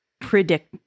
Predict